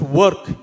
work